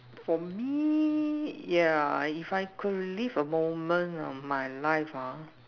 for me yeah if I could relive a moment of my life ah